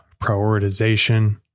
prioritization